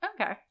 Okay